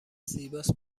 زیباست